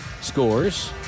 scores